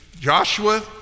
Joshua